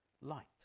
Light